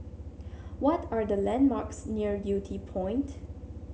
what are the landmarks near Yew Tee Point